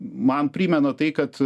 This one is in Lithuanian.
man primena tai kad